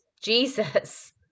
Jesus